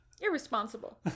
Irresponsible